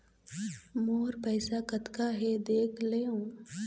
मोर पैसा कतका हे देख देव?